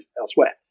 elsewhere